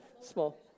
Small